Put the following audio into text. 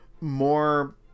more